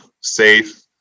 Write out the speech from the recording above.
safe